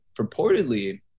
purportedly